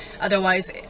Otherwise